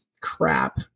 crap